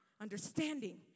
understanding